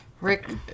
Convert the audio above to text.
Rick